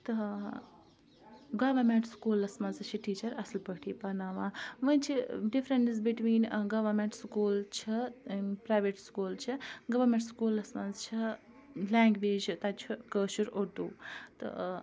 تہٕ گورمیٚنٛٹ سکوٗلَس منٛز تہِ چھِ ٹیٖچَر اَصٕل پٲٹھی پرناوان وۄنۍ چھِ ڈِفرَنٕس بِٹویٖن گورمیٚنٛٹ سکوٗل چھِ پرٛایویٹ سکوٗل چھِ گورمیٚنٛٹ سکوٗلَس منٛز چھِ لینٛگویج تَتہِ چھُ کٲشُر اُردوٗ تہٕ